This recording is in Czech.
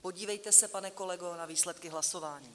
Podívejte se, pane kolego, na výsledky hlasování.